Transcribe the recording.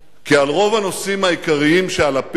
כי על רוב הנושאים העיקריים שעל הפרק